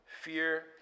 fear